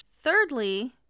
Thirdly